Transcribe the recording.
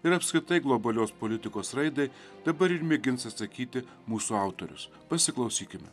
ir apskritai globalios politikos raidai dabar ir mėgins atsakyti mūsų autorius pasiklausykime